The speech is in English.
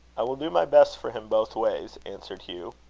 i will do my best for him both ways, answered hugh,